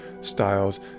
styles